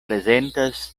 prezentas